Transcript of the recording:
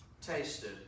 tasted